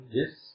yes